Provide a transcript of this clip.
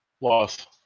loss